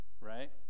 right